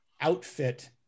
outfit